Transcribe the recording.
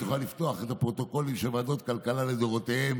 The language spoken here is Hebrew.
את יכולה לפתוח את הפרוטוקולים של ועדות הכלכלה לדורותיהן,